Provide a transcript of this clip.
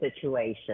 situation